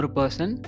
person